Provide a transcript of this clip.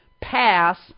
pass